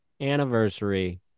anniversary